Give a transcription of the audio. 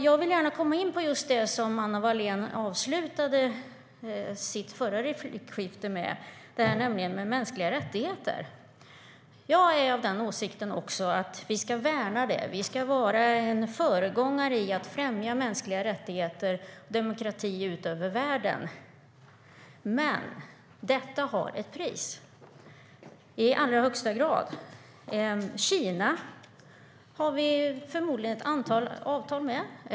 Jag vill gärna komma in på just det som Anna Wallén avslutade det förra replikskiftet med, mänskliga rättigheter. Jag är också av den åsikten att vi ska värna mänskliga rättigheter och vara en föregångare när det gäller att främja mänskliga rättigheter och demokrati i världen. Men detta har ett pris - i allra högsta grad. Kina har vi förmodligen ett antal avtal med.